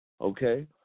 Okay